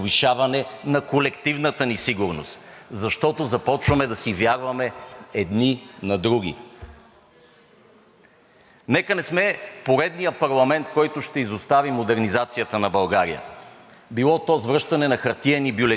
Нека не сме поредният парламент, който ще изостави модернизацията на България – било с връщане на хартиени бюлетини, било с изоставяне на правосъдна реформа, било с изоставяне на модернизацията на армията!